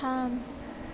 थाम